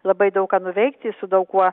labai daug ką nuveikti su daug kuo